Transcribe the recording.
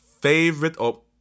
favorite—oh